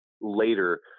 later